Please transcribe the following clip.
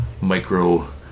micro